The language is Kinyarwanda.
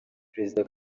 perezida